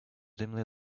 dimly